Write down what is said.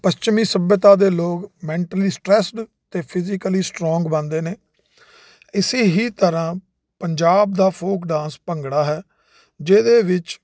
ਪੱਛਮੀ ਸਭਿਅਤਾ ਦੇ ਲੋਕ ਮੈਂਟਲੀ ਸਟਰੈੱਸਡ ਅਤੇ ਫਿਜੀਕਲੀ ਸਟਰੋਂਗ ਬਣਦੇ ਨੇ ਇਸ ਹੀ ਤਰ੍ਹਾਂ ਪੰਜਾਬ ਦਾ ਫੋਕ ਡਾਂਸ ਭੰਗੜਾ ਹੈ ਜਿਹਦੇ ਵਿੱਚ